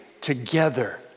together